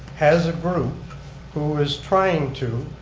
has a group who is trying to